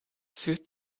führt